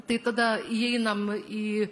tai tada įeinam į